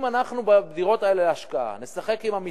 אם אנחנו בדירות האלה להשקעה נשחק עם המסים,